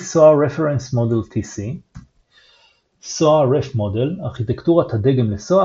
SOA Reference Model TC SOA Ref model - ארכיטקטורת הדגם ל-SOA